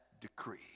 decree